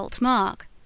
mark